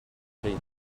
rhy